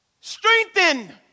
Strengthen